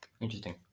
Interesting